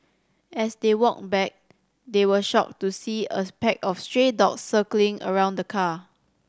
as they walked back they were shocked to see a pack of stray dogs circling around the car